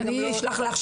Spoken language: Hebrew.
אני אשלח לך.